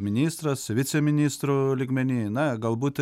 ministras viceministro lygmeny na galbūt